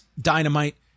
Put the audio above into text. dynamite